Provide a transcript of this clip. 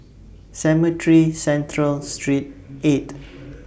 Cemetry Central Street eight